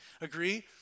agree